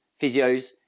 physios